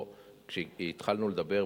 כשהתחלנו לדבר,